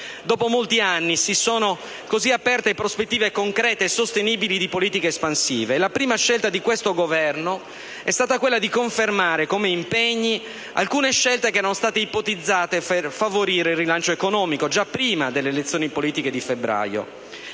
Dopo molti anni si sono così aperte prospettive concrete e sostenibili di politiche espansive. La prima scelta di questo Governo è stata quella di confermare come impegni alcune scelte che erano state ipotizzate per favorire il rilancio economico già prima delle elezioni politiche di febbraio.